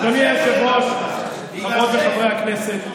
אדוני היושב-ראש, חברות וחברי הכנסת,